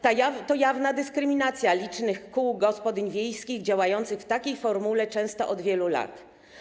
To jawna dyskryminacja licznych kół gospodyń wiejskich działających w takiej formule często od wielu lat.